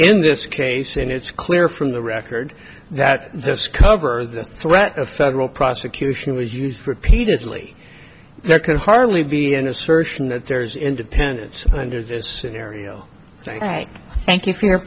in this case and it's clear from the record that this cover the threat of federal prosecution was used repeatedly there could hardly be an assertion that there is independence under this scenario say thank you for your